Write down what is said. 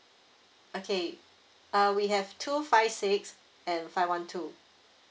okay uh we have two five six and five one two